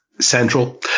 Central